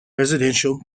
residential